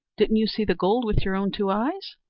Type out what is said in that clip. didn't you see the gold with your own two eyes?